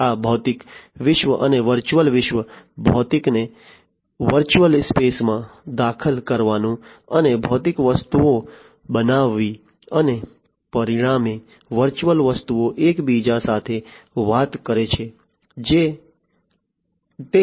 આ ભૌતિક વિશ્વ અને વર્ચ્યુઅલ વિશ્વ ભૌતિકને વર્ચ્યુઅલ સ્પેસમાં દાખલ કરવું અને ભૌતિક વસ્તુઓ બનાવવી અને પરિણામે વર્ચ્યુઅલ વસ્તુઓ એકબીજા સાથે વાત કરે છે તે છે જે ઇન્ડસ્ટ્રી 4